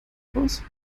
raus